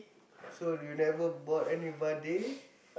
so you never bought any Vada